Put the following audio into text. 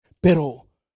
Pero